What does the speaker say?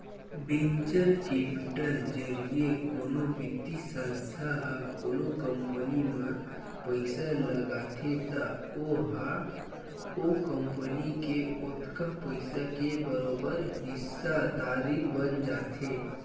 venture capital जरिए कोनो बित्तीय संस्था ह कोनो कंपनी म पइसा लगाथे त ओहा ओ कंपनी के ओतका पइसा के बरोबर हिस्सादारी बन जाथे